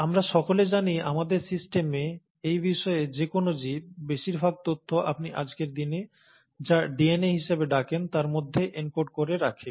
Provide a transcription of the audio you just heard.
আমরা সকলে জানি আমাদের সিস্টেমে এই বিষয়ে যে কোন জীব বেশিরভাগ তথ্য আপনি আজকের দিনে যা ডিএনএ হিসাবে ডাকেন তার মধ্যে এনকোড করে রাখে